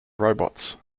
robots